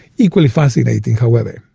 equally fascinating however.